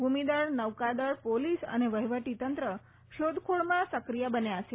ભૂમિદળ નૌકાદળ પોલીસ અને વફીવટી તંત્ર શોધખોળમાં સક્રિય બન્યા છે